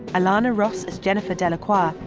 alana ross as jennifer delacroix,